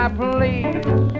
please